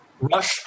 rush